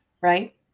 Right